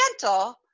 gentle